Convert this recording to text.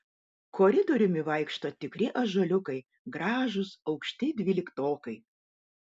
koridoriumi vaikšto tikri ąžuoliukai gražūs aukšti dvyliktokai